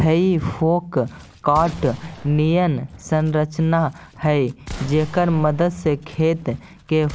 हेइ फोक काँटा निअन संरचना हई जेकर मदद से खेत के